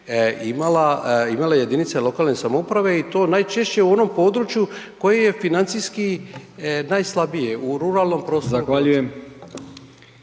imale jedinice lokalne samouprave i to najčešće u onom području koje je financijski najslabije u ruralnom prostoru